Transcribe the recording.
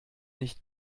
nicht